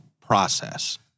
process